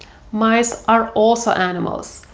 mice are also animals,